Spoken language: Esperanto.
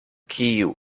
kiu